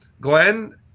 Glenn